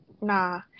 nah